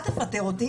אל תפטר אותי,